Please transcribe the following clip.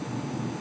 oh